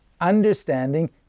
understanding